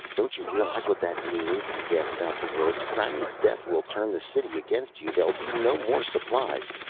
don't you realize what that means! he gasped out the words. krannon's death will turn the city against you. there'll be no more supplies.